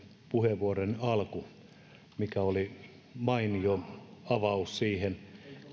puheenvuoronne alku oli mainio avaus siihen